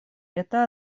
это